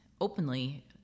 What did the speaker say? openly